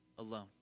alone